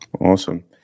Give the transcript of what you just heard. Awesome